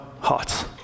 hearts